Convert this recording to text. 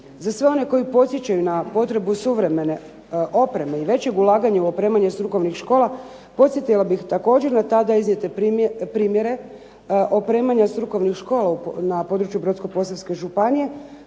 Za sve one koji podsjećaju na potrebu suvremene opreme i većeg ulaganja u opremanje strukovnih škola, podsjetila bih također na tada iznijete primjere opremanja strukovnih škola na području Brodsko-posavske županije